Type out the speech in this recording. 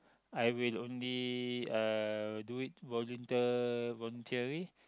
I will only uh do it volunteer voluntary